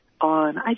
on